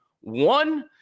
One